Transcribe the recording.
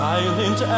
Silent